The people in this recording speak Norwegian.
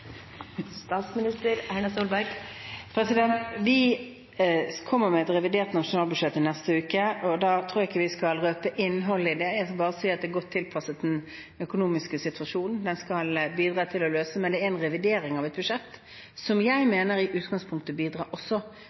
Vi kommer med et revidert nasjonalbudsjett i neste uke, og jeg tror ikke vi skal røpe innholdet i det, men jeg vil bare si at det er godt tilpasset den økonomiske situasjonen, som det skal bidra til å løse. Men det er en revidering av et budsjett som jeg mener i utgangspunktet også bidrar